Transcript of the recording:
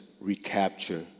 recapture